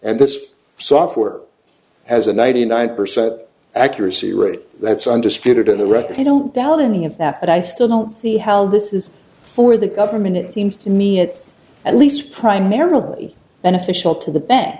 and this software has a ninety nine percent accuracy rate that's undisputed in the record i don't doubt any of that but i still don't see how this is for the government it seems to me it's at least primarily beneficial to the